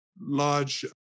large